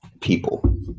people